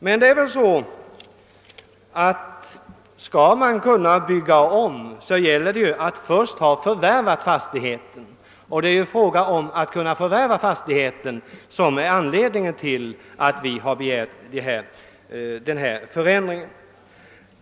Men skall man bygga om gäller det ju att först ha förvärvat fastigheten, och det är ju just för att ett sådant förvärv skall kunna ske som vi begärt denna förändring.